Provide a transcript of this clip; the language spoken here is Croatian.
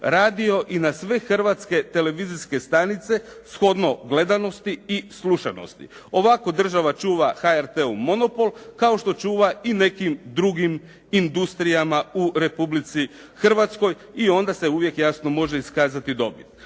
radio i na sve hrvatske televizijske stanice shodno gledanosti i slušanosti. Ovako država HRT-u monopol kao što čuva i nekim drugim industrijama u Republici Hrvatskoj i onda se uvijek jasno može iskazati dobit.